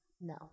No